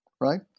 right